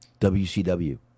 WCW